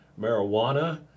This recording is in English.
marijuana